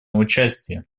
участие